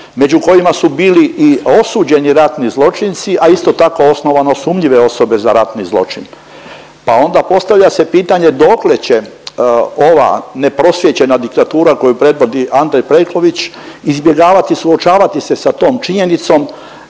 među kojima su bili i osuđeni ratni zločinci, a isto tako osnovano sumnjive osobe za ratni zločin, pa onda postavlja se pitanje dokle će ova neprosvijećena diktatura koju predvodi Andrej Plenković izbjegavati suočavati se sa tom činjenicom